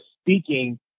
speaking